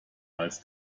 als